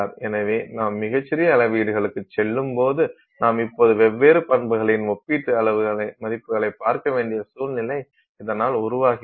எனவே நாம் மிகச் சிறிய அளவீடுகளுக்குச் செல்லும்போது நாம் இப்போது வெவ்வேறு பண்புகளின் ஒப்பீட்டு மதிப்புகளைப் பார்க்க வேண்டிய சூழ்நிலை இதனால் உருவாகிறது